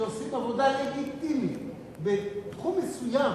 שעושים עבודה לגיטימית, ובתחום מסוים